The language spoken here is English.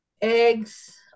eggs